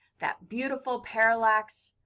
that beautiful parallax,